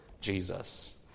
Jesus